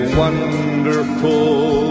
wonderful